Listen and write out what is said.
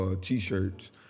t-shirts